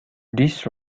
this